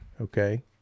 okay